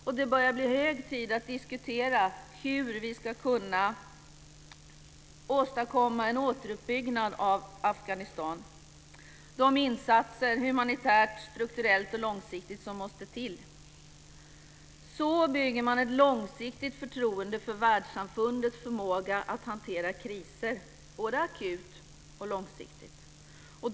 Och det börjar bli hög tid att diskutera hur vi ska kunna åstadkomma en återuppbyggnad av Afghanistan, de insatser, humanitärt, strukturellt och långsiktigt, som måste till. Så bygger man ett långsiktigt förtroende för världssamfundets förmåga att hantera kriser, både akut och långsiktigt.